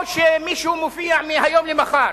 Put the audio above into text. או שמישהו מופיע ב"מהיום למחר"